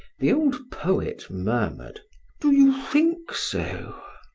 the old poet murmured do you think so?